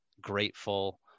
grateful